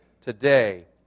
today